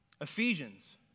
Ephesians